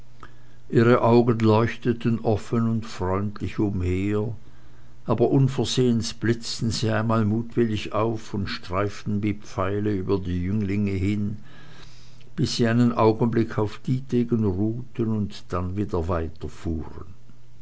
ihre augen leuchteten offen und freundlich umher aber unversehens blitzten sie einmal mutwillig auf und streiften wie pfeile über die jünglinge hin bis sie einen augenblick auf dietegen ruhten und dann wieder